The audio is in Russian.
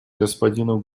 господину